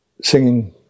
Singing